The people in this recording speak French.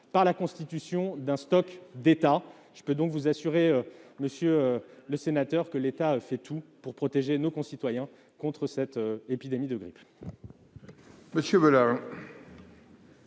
à la constitution d'un stock d'État. Je peux donc vous assurer, monsieur le sénateur, que l'État fait tout pour protéger nos concitoyens de l'épidémie de grippe. La parole